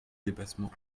dépassement